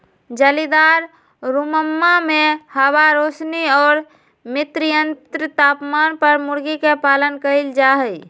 जालीदार रुम्मा में हवा, रौशनी और मियन्त्रित तापमान पर मूर्गी के पालन कइल जाहई